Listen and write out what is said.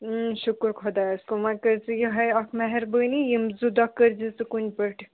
شُکُر خۄدایَس کُن وۄنۍ کٔرۍزِ یِہوٚے اَکھ مہربٲنی یِم زٕ دۄہ کٔرۍزِ ژٕ کُنہِ پٲٹھۍ